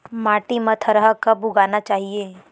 माटी मा थरहा कब उगाना चाहिए?